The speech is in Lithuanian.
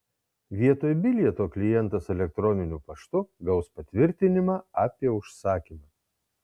vietoj bilieto klientas elektroniniu paštu gaus patvirtinimą apie užsakymą